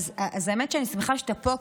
האמת שאני שמחה שאתה פה,